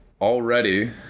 already